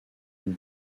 une